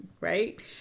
right